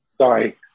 Sorry